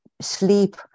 sleep